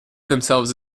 themselves